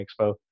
Expo